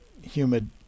humid